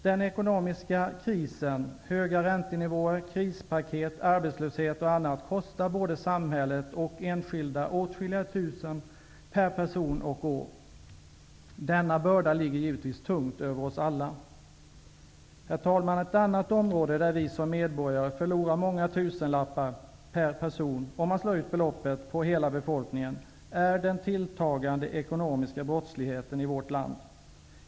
Den ekonomiska krisen med höga räntenivåer, krispaket, arbetslöshet och annat, kostar både samhället och enskilda åtskilliga tusen per person och år. Denna börda ligger givetvis tungt över oss alla. Herr talman! Ett annat område där vi som medborgare förlorar många tusenlappar per person om beloppet slås ut på hela befolkningen är den tilltagande ekonomiska brottsligheten i vårt land.